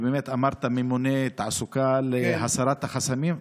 באמת אמרת "ממונה תעסוקה להסרת החסמים",